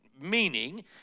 meaning